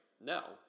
No